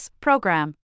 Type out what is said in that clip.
program